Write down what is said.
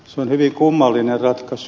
se on hyvin kummallinen ratkaisu